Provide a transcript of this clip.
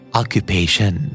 occupation